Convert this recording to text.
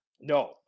No